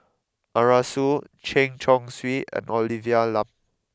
Arasu Chen Chong Swee and Olivia Lum